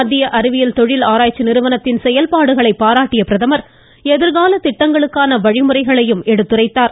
மத்திய அறிவியல் தொழில் ஆராய்ச்சி நிறுவனத்தின் செயல்பாடுகளை பாராட்டிய பிரதமர் எதிர்கால திட்டங்களுக்கான வழிமுறைகளையும் அறிவுறுத்தினார்